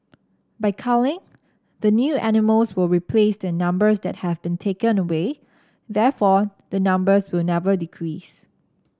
by culling the new animals will replace the numbers that have been taken away therefore the numbers will never decrease